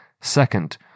Second